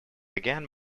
again